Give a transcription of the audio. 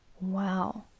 wow